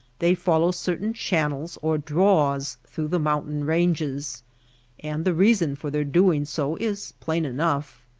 they follow certain channels or draws through the mountain ranges and the reason for their doing so is plain enough.